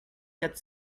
quatre